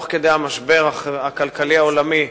תוך כדי המשבר הכלכלי העולמי,